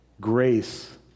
grace